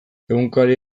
egunkaria